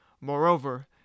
Moreover